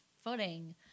footing